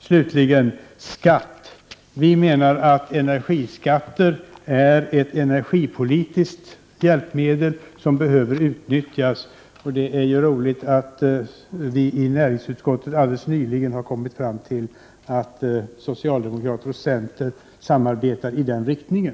Slutligen vill jag när det gäller skatt säga att vi menar att energiskatter är ett energipolitiskt hjälpmedel som behöver utnyttjas. Det är roligt att vi i näringsutskottet alldeles nyligen kommit fram till att socialdemokraterna och centern samarbetar i den riktningen.